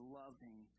loving